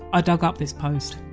ah dug up this post.